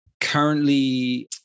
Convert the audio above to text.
Currently